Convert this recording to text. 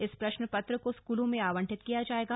इस प्रश्नपत्र को स्कूलों में आवंटित किया जाएगा